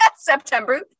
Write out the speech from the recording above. September